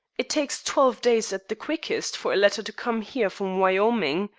it takes twelve days, at the quickest, for a letter to come here from wyoming.